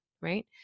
right